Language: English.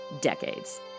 decades